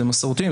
זה מסורתיים,